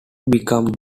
became